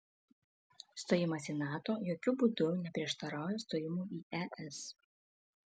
stojimas į nato jokiu būdu neprieštarauja stojimui į es